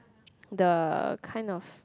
the kind of